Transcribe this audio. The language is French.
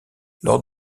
lors